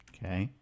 Okay